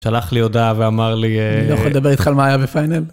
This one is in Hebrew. שלח לי הודעה ואמר לי. אני לא יכול לדבר איתך על מה היה בפיינל.